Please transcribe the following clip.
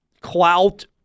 clout